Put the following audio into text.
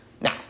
Now